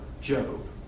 Job